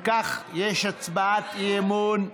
אם כך, יש הצעת אי-אמון,